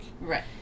Right